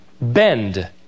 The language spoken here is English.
bend